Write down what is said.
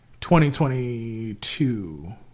2022